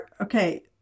okay